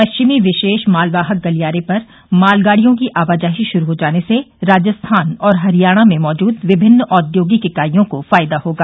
पश्चिमी विशेष मालवाहक गलियारे पर मालगाडियों की आवाजाही शुरू हो जाने से राजस्थान और हरियाणा में मौजूद विभिन्न औद्योगिक इकाइयों को फायदा होगा